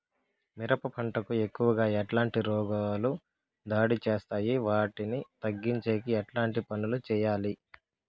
మిరప పంట కు ఎక్కువగా ఎట్లాంటి రోగాలు దాడి చేస్తాయి వాటిని తగ్గించేకి ఎట్లాంటి పనులు చెయ్యాలి?